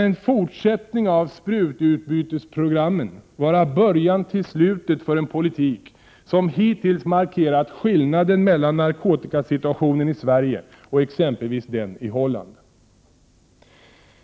En fortsättning av sprututbytesprogrammen kan med andra ord vara början till slutet för en politik som hittills markerat skillnaden mellan narkotikasituationen i Sverige och exempelvis den i Holland.